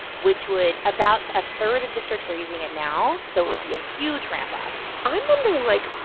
which would about a third of districts are using it now, so it would be a huge ramp-up i'm wondering, like,